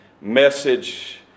message